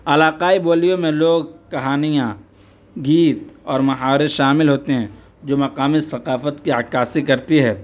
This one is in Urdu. علاقائی بولیوں میں لوگ کہانیاں گیت اور محاورے شامل ہوتے ہیں جو مقامی ثقافت کی عکاسی کرتی ہے